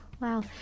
Wow